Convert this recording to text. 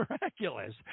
miraculous